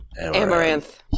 Amaranth